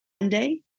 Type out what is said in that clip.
Monday